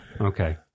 okay